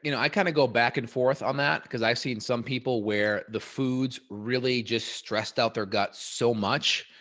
you know i kind of go back and forth on that because i've seen some people where the food's really just stressed out their guts so much,